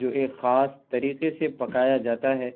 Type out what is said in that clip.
جو ایک خاص طریقے سے پکایا جاتا ہے